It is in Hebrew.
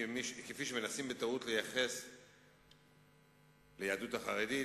כפי שמנסים בטעות לייחס ליהדות החרדית.